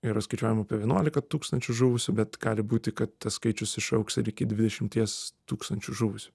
yra skaičiuojama apie vienuolika tūkstančių žuvusių bet gali būti kad tas skaičius išaugs ir iki dvidešimties tūkstančių žuvusių